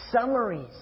summaries